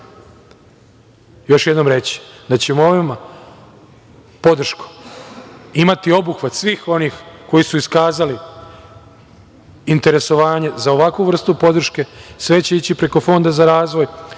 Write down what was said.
još jednom reći da ćemo ovom podrškom imati obuhvat svih onih koji su iskazali interesovanje za ovakvu vrstu podrške. Sve će ići preko Fonda za razvoj